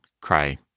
cry